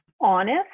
honest